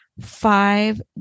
five